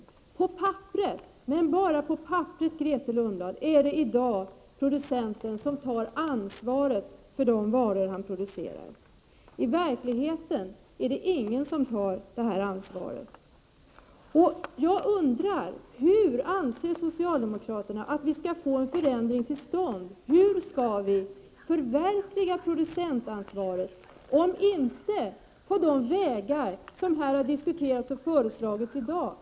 Det är i dag bara på papperet — men bara på papperet, Grethe Lundblad — som producenten tar ansvar för de varor som han producerar. I verkligheten är det inte någon som tar detta ansvar. Jag undrar på vilket sätt socialdemokraterna anser att vi skall få en förändring till stånd. Hur skall producentansvaret förverkligas, om inte så som i dag har diskuteras och föreslagits?